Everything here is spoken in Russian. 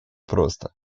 просто